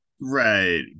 right